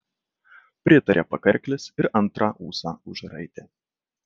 pritarė pakarklis ir antrą ūsą užraitė